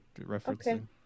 referencing